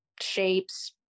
shapes